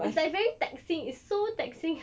it's like very taxing it's so taxing